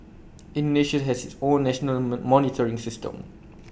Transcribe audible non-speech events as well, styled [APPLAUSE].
Indonesia has its own national [HESITATION] monitoring system